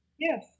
Yes